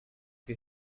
you